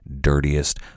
dirtiest